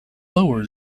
lower